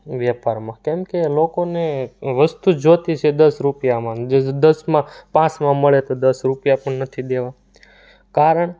વેપારમાં કેમ કે લોકોને વસ્તુ જોઈતી છે દસ રૂપિયામાં દસમાં પાંચમાં મળે તો દસ રૂપિયા પણ નથી દેવા કારણ